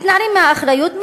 מתנערים מהאחריות,